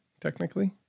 technically